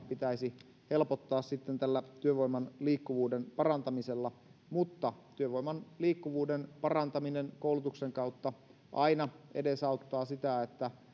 pitäisi helpottaa sitten työvoiman liikkuvuuden parantamisella mutta työvoiman liikkuvuuden parantaminen koulutuksen kautta aina edesauttaa sitä että